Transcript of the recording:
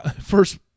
first